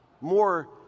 more